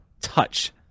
touch